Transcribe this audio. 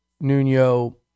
Nuno